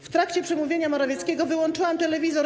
W trakcie przemówienia Morawieckiego wyłączyłam telewizor.